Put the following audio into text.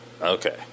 Okay